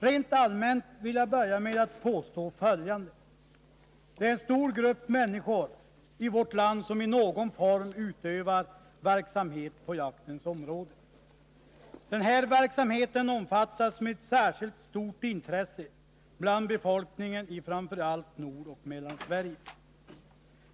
Rent allmänt vill jag börja med att påstå följande: Det är en stor grupp människor i vårt land som i någon form utövar verksamhet på jaktens område. Den här verksamheten omfattas med särskilt stort intresse bland befolkningen i Nordoch Mellansverige.